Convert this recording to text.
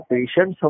Patient